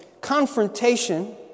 confrontation